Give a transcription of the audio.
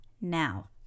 now